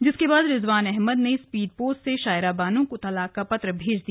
जिसके बाद रिजवान अहमद ने स्पीड पोस्ट से शायरा बानो को तलाक का पत्र भेज दिया